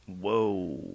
Whoa